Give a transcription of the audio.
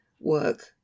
work